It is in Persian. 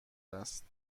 است